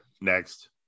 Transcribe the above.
Next